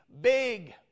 big